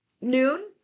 Noon